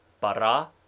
para